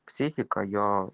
psichika jo